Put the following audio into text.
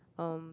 um